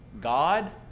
God